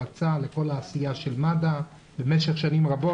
הערצה לכל העשייה של מד"א במשך שנים רבות,